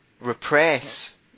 repress